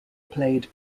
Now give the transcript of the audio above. played